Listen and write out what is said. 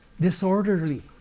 Disorderly